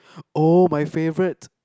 oh my favorite